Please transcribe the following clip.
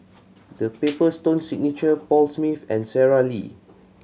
The Paper Stone Signature Paul Smith and Sara Lee